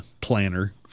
planner